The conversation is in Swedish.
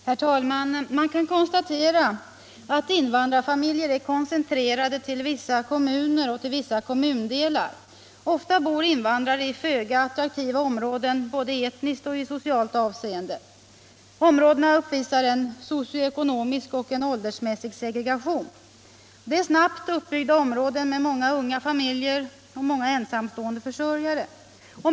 Herr talman! Man kan konstatera att invandrarfamiljer är koncentrerade till vissa kommuner och till vissa kommundelar. Ofta bor invandrarna i föga attraktiva områden både i etniskt och socialt avseende. Områdena uppvisar en socioekonomisk och åldersmässig segregation. Det är snabbt uppbyggda områden med många unga familjer och många ensamstående försörjare.